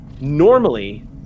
normally